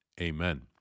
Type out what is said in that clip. Amen